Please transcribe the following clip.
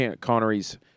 Connery's